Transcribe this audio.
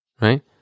Right